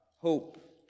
hope